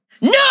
No